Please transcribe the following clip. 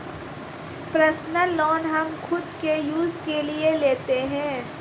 personal loan हम खुद के यूज के लिए लेते है